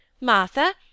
martha